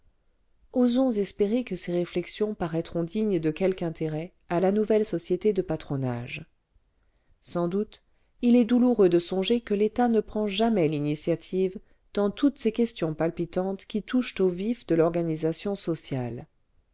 osons espérer que ces réflexions paraîtront dignes de quelque intérêt à la nouvelle société de patronage sans doute il est douloureux de songer que l'état ne prend jamais l'initiative dans toutes ces questions palpitantes qui touchent au vif de l'organisation sociale